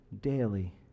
daily